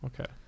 Okay